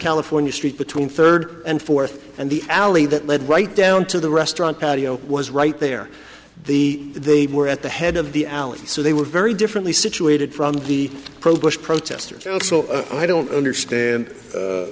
california street between third and fourth and the alley that led right down to the restaurant patio was right there the they were at the head of the alley so they were very differently situated from the progress protesters i don't understand